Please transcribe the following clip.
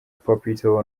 papito